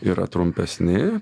yra trumpesni